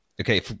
okay